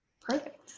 Perfect